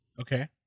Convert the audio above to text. Okay